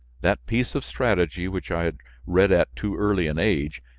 that piece of strategy, which i had read at too early an age,